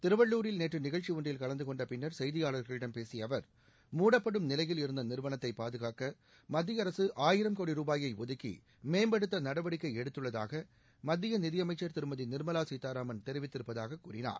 திருவள்ளூரில் நேற்று நிகழ்ச்சி ஒன்றில் கலந்து கொண்ட பின்னர் செய்தியாளர்களிடம் பேசிய அவர் மூடப்படும் நிலையில் இருந்த நிறுவனத்தை பாதுகாக்க மத்திய அரசு ஆயிரம் கோடி ரூபாயை ஒதுக்கி மேம்படுத்த நடவடிக்கை எடுத்துள்ளதாக மத்திய நிதியமைச்சர் திருமதி நிர்மலா சீதாராமன் தெரிவித்திருப்பதாக கூறினார்